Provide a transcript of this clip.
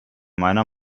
meiner